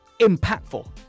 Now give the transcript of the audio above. impactful